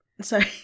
Sorry